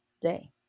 day